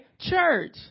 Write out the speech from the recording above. church